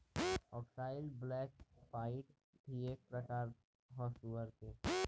अक्साई black pied भी एक प्रकार ह सुअर के